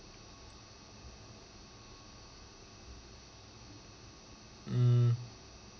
hmm